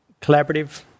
collaborative